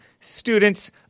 Students